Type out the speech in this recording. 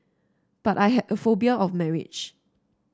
but I had a phobia of marriage